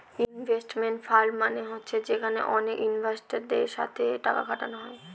investment fund মানে হচ্ছে যেখানে অনেক ইনভেস্টারদের সাথে টাকা খাটানো হয়